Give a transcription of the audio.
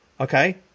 okay